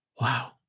Wow